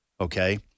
Okay